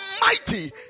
mighty